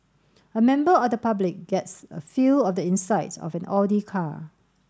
a member of the public gets a feel of the inside of an Audi car